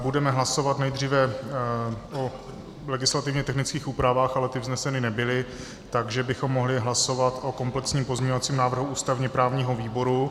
Budeme hlasovat nejdříve o legislativně technických úpravách, ale ty vzneseny nebyly, takže bychom mohli hlasovat o komplexním pozměňovacím návrhu ústavněprávního výboru.